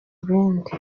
ibindi